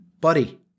Buddy